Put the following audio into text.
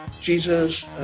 Jesus